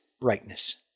brightness